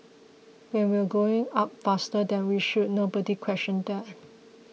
when we were going up faster than we should nobody questioned that